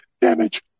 damage